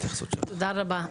תודה רבה.